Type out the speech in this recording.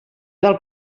del